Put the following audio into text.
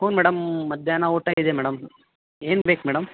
ಹ್ಞೂಂ madam ಮಧ್ಯಾಹ್ನ ಊಟ ಇದೆ ಮೇಡಮ್ ಏನು ಬೇಕು ಮೇಡಮ್